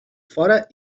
fora